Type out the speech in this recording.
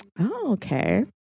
okay